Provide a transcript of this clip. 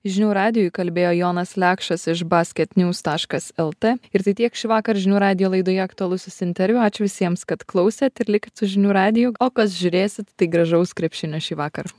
žinių radijui kalbėjo jonas lekšas iš basketnews taškas lt ir tai tiek šįvakar žinių radijo laidoje aktualusis interviu ačiū visiems kad klausėt ir likit su žinių radiju o kas žiūrėsit tai gražaus krepšinio šįvakar